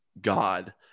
god